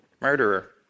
Murderer